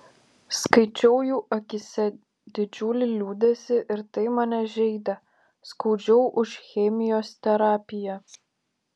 skaičiau jų akyse didžiulį liūdesį ir tai mane žeidė skaudžiau už chemijos terapiją